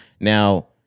Now